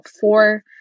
Four